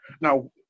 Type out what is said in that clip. Now